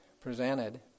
presented